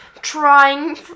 Trying